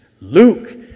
Luke